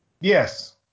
Yes